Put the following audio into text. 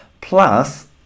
Plus